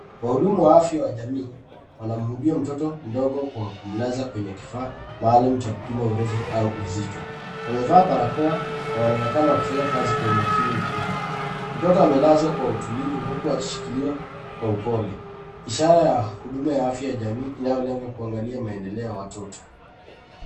Wahudumu wa afya ya jamii wanamhudumia mtoto mdogo kwa kumlaza kwenye kifaa maalum cha kupima urefu au uzito. Wamevaa barakoa na wanaonekana wakifanya kazi kwa umakini mkubwa. Mtoto amelazwa kwa utulivu huku akishikiliwa kwa upole, ishara ya huduma ya afya ya jamii inayolenga kuangalia maendeleo ya watoto.